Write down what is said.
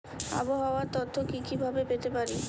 আবহাওয়ার তথ্য কি কি ভাবে পেতে পারি?